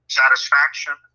satisfaction